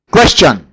Question